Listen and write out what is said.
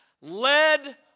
led